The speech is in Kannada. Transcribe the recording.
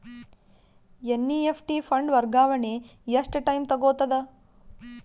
ಎನ್.ಇ.ಎಫ್.ಟಿ ಫಂಡ್ ವರ್ಗಾವಣೆ ಎಷ್ಟ ಟೈಮ್ ತೋಗೊತದ?